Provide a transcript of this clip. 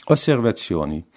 Osservazioni